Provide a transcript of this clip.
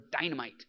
dynamite